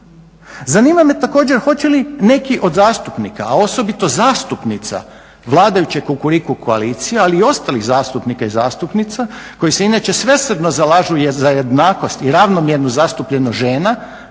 Zanima me također hoće li neki od zastupnika, a osobito zastupnica vladajuće Kukuriku koalicije, ali i ostalih zastupnika i zastupnica koji se inače svesrdno zalažu za jednakost i ravnomjernu zastupljenost žena